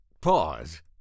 pause